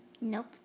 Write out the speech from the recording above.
Nope